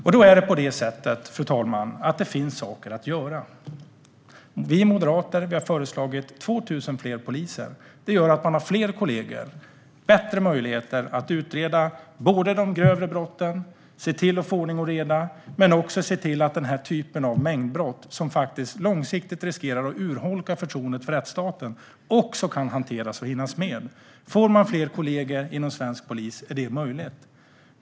Fru ålderspresident! Det finns saker att göra. Vi moderater har föreslagit 2 000 fler poliser. Då får poliserna fler kollegor och bättre möjligheter att utreda de grövre brotten. De kan se till att få ordning och reda men också se till att den här typen av mängdbrott, som långsiktigt riskerar att urholka förtroendet för rättsstaten, kan hanteras och hinnas med. Får man fler kollegor inom svensk polis är det möjligt.